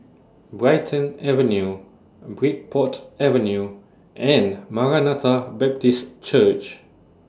Brighton Avenue Bridport Avenue and Maranatha Baptist Church